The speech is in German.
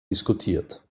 diskutiert